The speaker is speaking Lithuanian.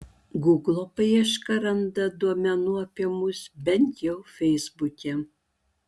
guglo paieška randa duomenų apie mus bent jau feisbuke